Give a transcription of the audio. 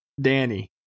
Danny